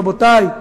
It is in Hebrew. רבותי,